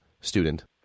student